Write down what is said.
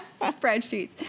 spreadsheets